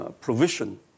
provision